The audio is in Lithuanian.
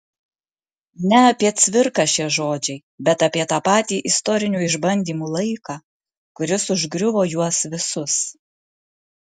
ne apie cvirką šie žodžiai bet apie tą patį istorinių išbandymų laiką kuris užgriuvo juos visus